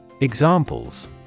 Examples